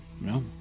No